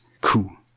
coup